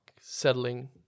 settling